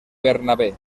bernabé